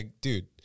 dude